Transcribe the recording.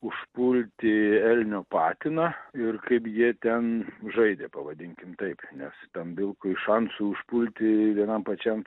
užpulti elnio patiną ir kaip jie ten žaidė pavadinkim taip nes tam vilkui šansų užpulti vienam pačiam